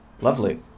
Lovely